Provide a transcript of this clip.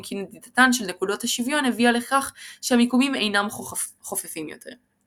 אם כי נדידתן של נקודות השוויון הביאה לכך שהמיקומים אינם חופפים יותר.